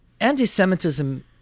anti-Semitism